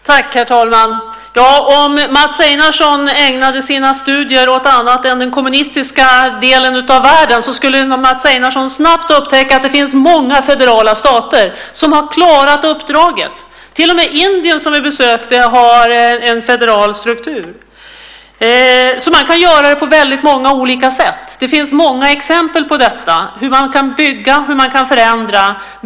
Herr talman! Om Mats Einarsson ägnade sina studier åt annat än den kommunistiska delen av världen skulle Mats Einarsson snart upptäcka att det finns många federala stater som har klarat uppdraget. Till och med Indien, som vi besökte, har en federal struktur. Man kan göra det på väldigt många olika sätt. Det finns många exempel på hur man kan bygga och förändra.